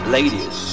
Ladies